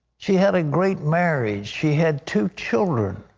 she had a great marriage. she had two children.